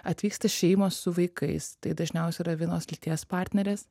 atvyksta šeimos su vaikais tai dažniausiai yra vienos lyties partnerės